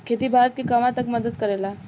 खेती भारत के कहवा तक मदत करे ला?